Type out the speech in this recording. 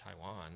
Taiwan